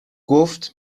گفت